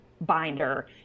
binder